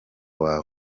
wawe